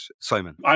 Simon